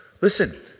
Listen